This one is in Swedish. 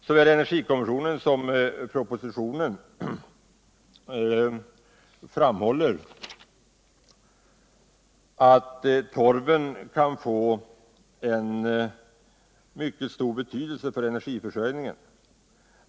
Såväl energikommissionen som propositionen framhåller att torven kan få mycket stor betydelse för energiförsörjningen.